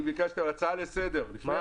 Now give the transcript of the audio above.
אבל ביקשתי הצעה לסדר-היום, לפני הדיון.